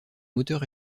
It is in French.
moteur